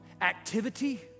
activity